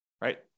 right